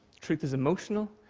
truth is emotional,